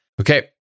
Okay